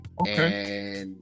Okay